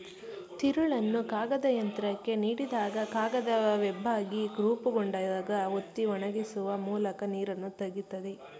ತಿರುಳನ್ನು ಕಾಗದಯಂತ್ರಕ್ಕೆ ನೀಡಿದಾಗ ಕಾಗದ ವೆಬ್ಬಾಗಿ ರೂಪುಗೊಂಡಾಗ ಒತ್ತಿ ಒಣಗಿಸುವ ಮೂಲಕ ನೀರನ್ನು ತೆಗಿತದೆ